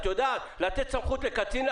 ואותה סמכות שהקנינו לו והריצו קבוצה.